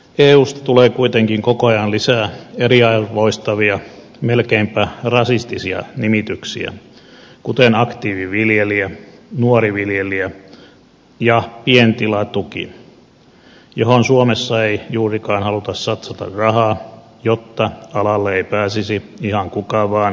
eusta tulee kuitenkin koko ajan lisää eriarvoistavia melkeinpä rasistisia nimityksiä kuten aktiiviviljelijä nuori viljelijä ja pientilatuki johon suomessa ei juurikaan haluta satsata rahaa jotta alalle ei pääsisi ihan kuka vaan mukaan